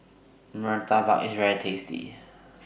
Murtabak IS very tasty